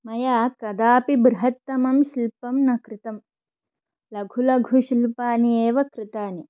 मया कदापि बृहत्तमं शिल्पं न कृतम् लघु लघुशिल्पानि एव कृतानि